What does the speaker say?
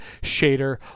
shader